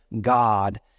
God